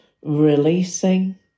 Releasing